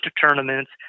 tournaments